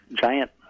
giant